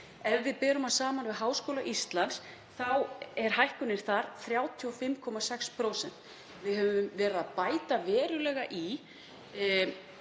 Ef við berum hann saman við Háskóla Íslands er hækkunin þar 35,6%. Við höfum verið að bæta verulega í